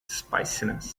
spiciness